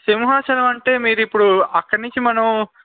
సింహాచలం అంటే మీరు ఇప్పుడు అక్కడ నుంచి మనం